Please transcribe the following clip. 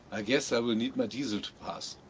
i guess, i will need my diesel to pass.